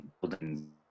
building